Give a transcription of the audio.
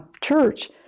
church